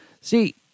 See